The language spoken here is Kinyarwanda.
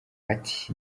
ati